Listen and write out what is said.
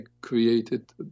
created